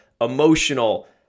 emotional